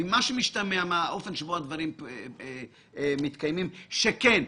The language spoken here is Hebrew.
ממה שמשתמע מהאופן שבו הדברים מתקיימים שכן,